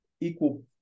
equal